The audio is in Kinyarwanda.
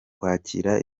kwakira